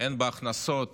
הן בהכנסות